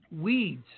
weeds